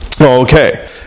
Okay